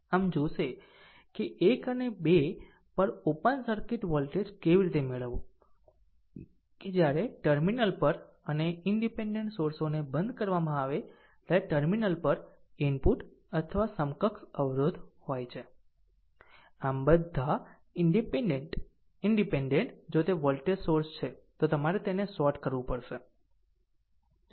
આમ જોશે કે ટર્મિનલ 1 અને 2 પર ઓપન સર્કિટ વોલ્ટેજ કેવી રીતે મેળવવું કે જ્યારે ટર્મિનલ પર અને ઈનડીપેનડેન્ટ સોર્સોને બંધ કરવામાં આવે ત્યારે ટર્મિનલ પર ઇનપુટ અથવા સમકક્ષ અવરોધ હોય છે આમ બધા ઈનડીપેનડેન્ટ જો તે વોલ્ટેજ સોર્સ છે તો તમારે તેને શોર્ટ કરવું પડશે